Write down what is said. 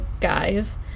guys